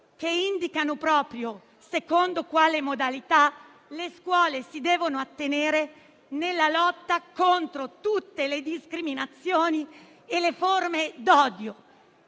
che indicano proprio le modalità cui le scuole si devono attenere nella lotta contro tutte le discriminazioni e le forme d'odio.